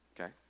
okay